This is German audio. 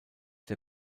der